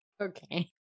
Okay